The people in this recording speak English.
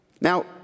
Now